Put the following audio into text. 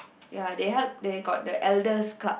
they help they got the elders' club